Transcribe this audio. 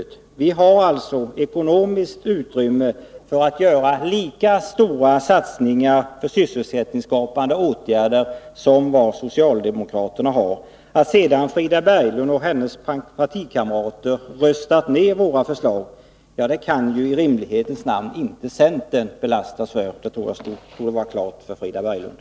Vårt alternativ ger alltså ekonomiskt utrymme för lika stora satsningar på sysselsättningsskapande åtgärder som vad socialdemokraternas gör. Att sedan Frida Berglund och hennes partikamrater har röstat ned våra förslag kan i rimlighetens namn inte centern lastas för. Det bör stå klart för Frida Berglund.